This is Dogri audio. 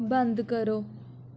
बंद करो